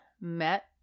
met